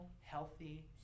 healthy